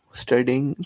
studying